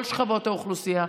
מכל שכבות האוכלוסייה.